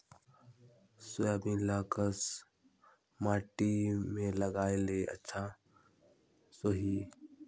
Soybean ल कस माटी मे लगाय ले अच्छा सोही?